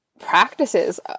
practices